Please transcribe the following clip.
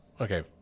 okay